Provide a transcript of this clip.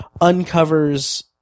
uncovers